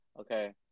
Okay